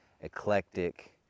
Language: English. eclectic